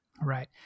right